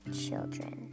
children